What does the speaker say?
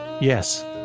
Yes